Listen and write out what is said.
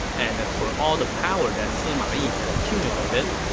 and as for all the power that sima yi had accumulated,